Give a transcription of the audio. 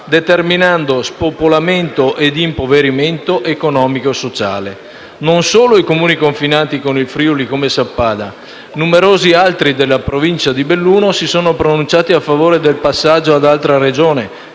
determinando spopolamento ed impoverimento economico-sociale. Non solo i Comuni confinanti con il Friuli come Sappada, ma numerosi altri della Provincia di Belluno si sono pronunciati a favore del passaggio ad altra Regione